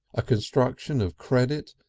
a constriction of credit,